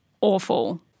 awful